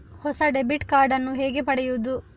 ಹೊಸ debit card ನ್ನು ಹೇಗೆ ಪಡೆಯುದು?